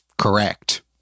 correct